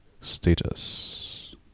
status